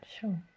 Sure